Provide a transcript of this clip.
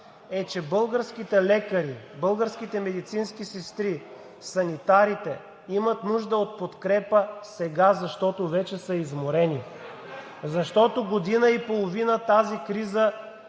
е, че българските лекари, българските медицински сестри, санитарите имат нужда от подкрепа сега, защото вече са изморени. Защото година и половина тази криза